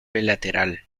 bilateral